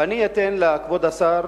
ואני אתן לכבוד השר